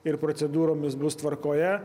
ir procedūromis bus tvarkoje